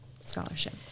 scholarship